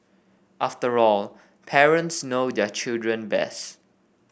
after all parents know their children best